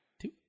Two